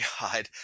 god